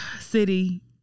city